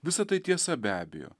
visa tai tiesa be abejo